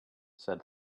said